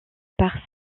par